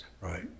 right